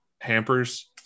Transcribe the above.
hampers